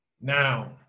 now